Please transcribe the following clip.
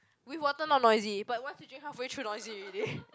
with water not noisy but once you drink half way through noisy already